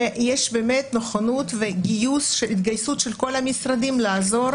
ויש נכונות והתגייסות של כל המשרדים לעזור